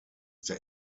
der